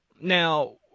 Now